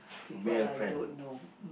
people I don't know